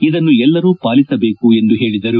ಇದನ್ನು ಎಲ್ಲರೂ ಪಾಲಿಸಬೇಕು ಎಂದು ಹೇಳಿದರು